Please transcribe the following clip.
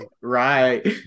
Right